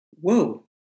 whoa